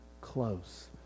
close